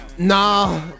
Nah